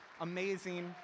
Amazing